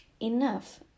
Enough